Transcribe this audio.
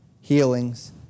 healings